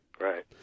Right